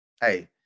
Hey